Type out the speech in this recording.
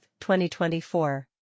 2024